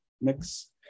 mix